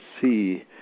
see